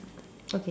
okay